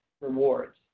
rewards